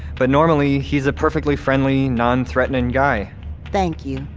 but normally, he's a perfectly friendly, non-threatening guy thank you.